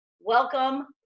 Welcome